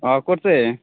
অঁ ক'তে